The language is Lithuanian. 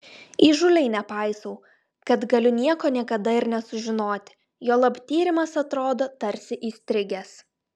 įžūliai nepaisau kad galiu nieko niekada ir nesužinoti juolab tyrimas atrodo tarsi įstrigęs